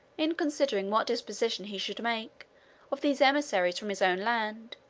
in considering what disposition he should make of these emissaries from his own land,